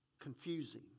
confusing